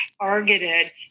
targeted